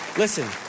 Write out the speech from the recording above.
Listen